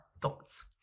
thoughts